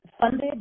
funded